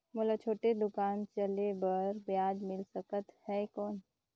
मोला छोटे दुकान चले बर ब्याज मिल सकत ही कौन?